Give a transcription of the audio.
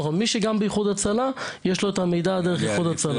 מי שגם באיחוד הצלה יש לו את המידע דרך איחוד הצלה.